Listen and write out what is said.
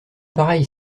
pareil